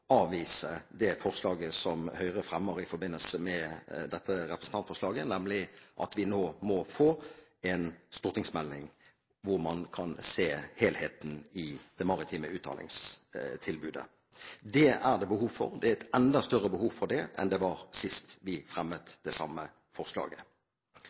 det forslaget som Høyre fremmer i forbindelse med dette representantforslaget, nemlig at vi nå må få en stortingsmelding hvor man kan se helheten i det maritime utdanningstilbudet. Det er det behov for. Det er et enda større behov for det enn det var sist vi